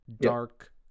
dark